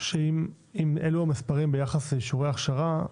שאם אלו המספרים ביחס לשיעורי הכשרה,